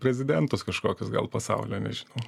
prezidentus kažkokius gal pasaulio nežinau